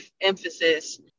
emphasis